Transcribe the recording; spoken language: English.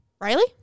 Riley